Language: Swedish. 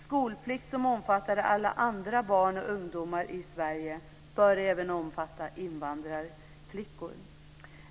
Skolplikt, som omfattar alla barn och ungdomar i Sverige, bör även omfatta invandrarflickor.